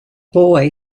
boy